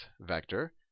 vector